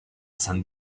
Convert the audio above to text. san